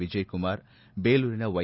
ವಿಜಯಕುಮಾರ್ ಬೇಲೂರಿನ ವೈ